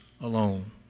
alone